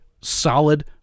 solid